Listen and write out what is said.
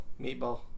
Meatball